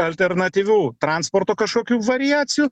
alternatyvių transporto kažkokių variacijų